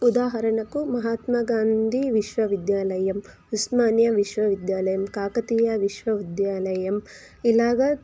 ఉదాహరణకు మహాత్మాగాంధీ విశ్వవిద్యాలయం ఉస్మానియ విశ్వవిద్యాలయం కాకతీయ విశ్వవిద్యాలయం ఇలాగా